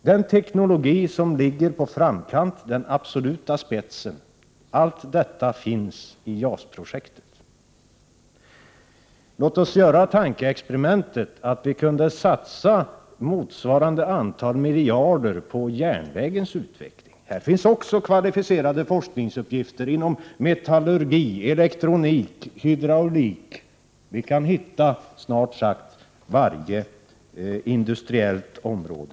Den teknologi som utgör den absoluta spjutspetsen finns inom JAS-projektet. Låt oss göra tankeexperimentet att vi kunde satsa motsvarande antal miljarder på järnvägens utveckling. Inom detta område finns också kvalificerade forskningsuppgifter inom metallurgi, elektronik, hydraulik, och snart sagt varje industriell teknik.